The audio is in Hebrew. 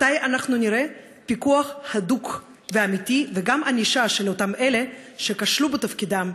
מתי נראה פיקוח הדוק ואמיתי וגם ענישה של אותם אלה שכשלו בתפקידם,